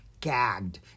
gagged